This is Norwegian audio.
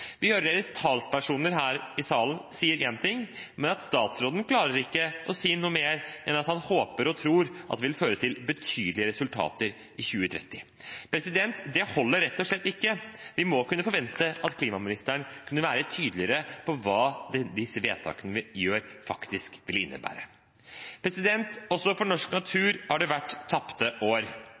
Vi hører deres talspersoner her i salen si én ting, men statsråden klarer ikke å si noe mer enn at han håper og tror at det vil føre til betydelige resultater i 2030. Det holder rett og slett ikke. Vi må kunne forvente at klimaministeren er tydeligere på hva disse vedtakene vi gjør, faktisk vil innebære. Også for norsk natur har det vært tapte år.